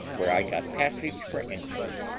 where i got passage for england,